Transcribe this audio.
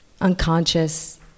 unconscious